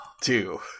Two